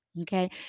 Okay